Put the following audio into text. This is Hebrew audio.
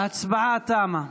ההצבעה תמה.